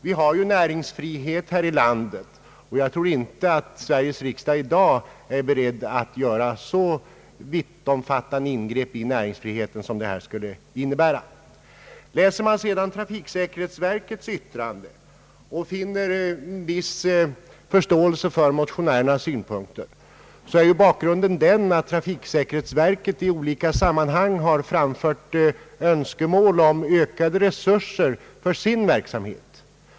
Vi har ju näringsfrihet här i landet, och jag tror inte att Sveriges riksdag i dag är beredd att göra så vittomfattande ingrepp i näringsfriheten som motionskravet skulle innebära. I trafiksäkerhetsverkets yttrande kan man finna en viss förståelse för motionärernas synpunkter, men bakgrunden är ju den att trafiksäkerhetsverket i olika sammanhang har framfört önskemål om ökade resurser för sin verksamhet.